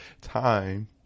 time